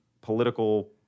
political